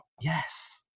yes